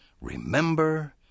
remember